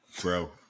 Bro